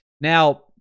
Now